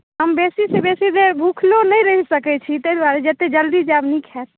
हम बेसीसँ बेसी देर भुखलो नहि रहि सकैत छी ताहि द्वारे जतेक जल्दी जायब नीक हैत